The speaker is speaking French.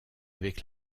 avec